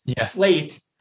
slate